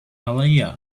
aaliyah